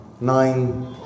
Nine